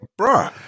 bruh